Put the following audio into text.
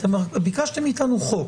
ביקשתם מאיתנו חוק,